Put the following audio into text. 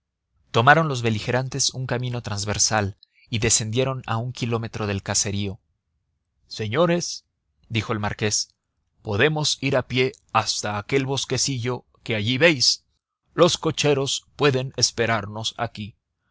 tomaron los beligerantes un camino transversal y descendieron a un kilómetro del caserío señores dijo el marqués podemos ir a pie hasta aquel bosquecillo que allí veis los cocheros pueden esperarnos aquí